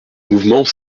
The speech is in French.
mouvement